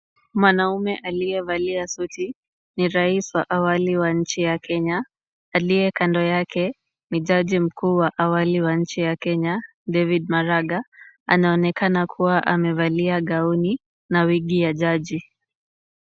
Mwanaume aliyevalia suti ni rais wa awali wa nchi ya Kenya. Aliye kando yake ni jaji mkuu wa awali wa nchi ya Kenya David Maraga. Anaonekana kuwa amevalia gauni na wigi ya jaji.